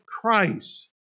Christ